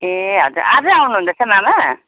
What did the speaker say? ए हजुर आजै आउनु हुँदैछ मामा